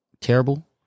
terrible